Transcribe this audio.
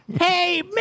Hey